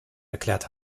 erklärt